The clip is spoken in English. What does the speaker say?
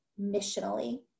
missionally